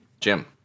Jim